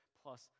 plus